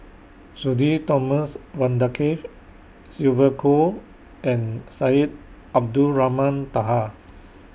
Sudhir Thomas Vadaketh Sylvia Kho and Syed Abdulrahman Taha